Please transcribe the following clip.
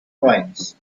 coins